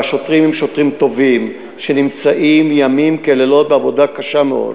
והשוטרים הם שוטרים טובים שנמצאים לילות כימים בעבודה קשה מאוד,